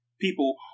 people